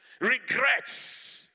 regrets